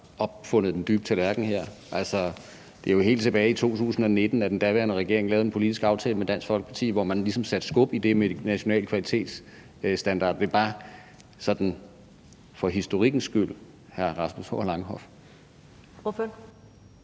opfundet den dybe tallerken her. Det var jo helt tilbage i 2019, at den daværende regering lavede den politiske aftale med Dansk Folkeparti, hvor man ligesom satte skub i det med de nationale kvalitetsstandarder. Det er bare for historikkens skyld, hr. Rasmus Horn Langhoff.